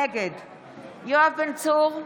נגד יואב בן צור,